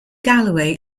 galloway